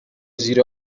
زیر